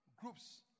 groups